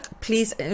please